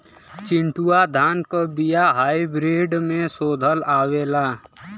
चिन्टूवा धान क बिया हाइब्रिड में शोधल आवेला?